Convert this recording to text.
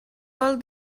vol